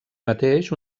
mateix